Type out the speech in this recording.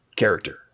character